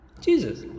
Jesus